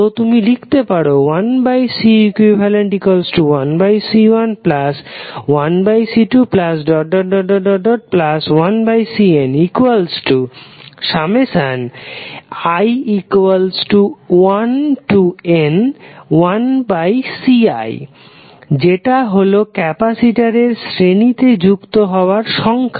তো তুমি লিখতে পারো 1Ceq1C11C21Cni1n1Ci যেটা হলো ক্যাপাসিটরের শ্রেণী তে যুক্ত হবার সংখ্যা